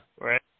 Right